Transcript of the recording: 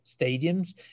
stadiums